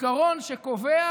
עיקרון שקובע